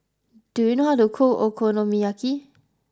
do you know how to cook Okonomiyaki